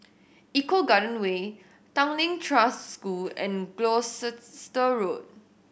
Eco Garden Way Tanglin Trust School and Gloucester Road